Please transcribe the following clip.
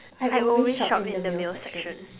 I always shop in the male section